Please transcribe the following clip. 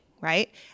right